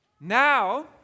Now